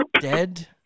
dead